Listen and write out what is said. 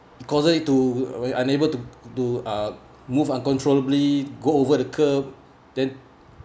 causes it to unable to to uh move uncontrollably go over the curb then